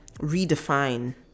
redefine